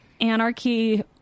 anarchy